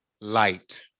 light